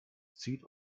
zieht